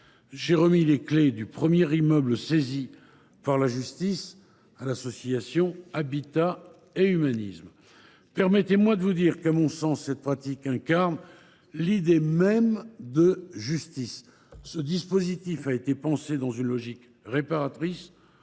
j’ai remis les clés du premier immeuble saisi par la justice à l’association Habitat et Humanisme. Permettez moi de vous dire que, à mon sens, cette pratique incarne l’idée même de justice. Ce dispositif a été pensé dans une logique réparatrice,